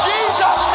Jesus